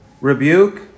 rebuke